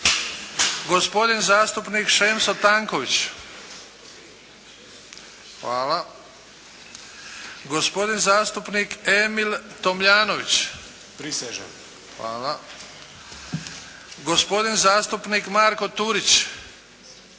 gospodin zastupnik Šemso Tanković, gospodin zastupnik Emil Tomljanović – prisežem, gospodin zastupnik Marko Turić –